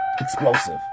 Explosive